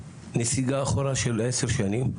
נסיגה אחורה של עשר שנים,